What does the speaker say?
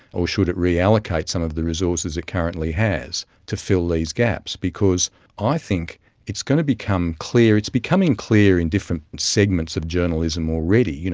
or should it reallocate some of the resources it currently has to fill these gaps? because i think it's going to become clear, it's becoming clear in different segments of journalism already, you know